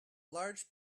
large